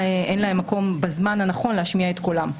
עבירה, אין להם מקום בזמן הנכון להשמיע את קולם.